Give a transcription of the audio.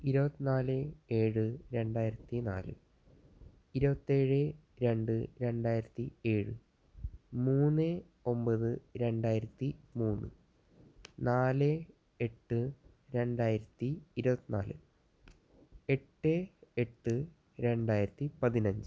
ഇരുവത്നാല് ഏഴ് രണ്ടായിരത്തിനാല് ഇരുപത്തിയേഴ് രണ്ട് രണ്ടായിരത്തി ഏഴ് മൂന്ന് ഒമ്പത് രണ്ടായിരത്തിമൂന്ന് നാല് എട്ട് രണ്ടായിരത്തി ഇരുപതിനാല് എട്ട് എട്ട് രണ്ടായിരത്തി പതിനഞ്ച്